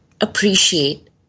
appreciate